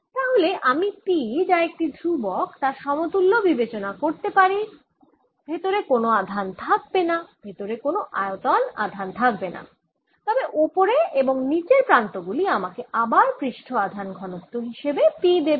তাহলে আমি P যা একটি ধ্রুবক তার সমতুল্য বিবেচনা করতে পারি ভেতরে কোনও আধান থাকবে না ভেতরে কোনও আয়তন আধান থাকবে না তবে উপরের এবং নীচের প্রান্তগুলি আমাকে আবার পৃষ্ঠ আধান ঘনত্ব হিসাবে P দেবে